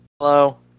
Hello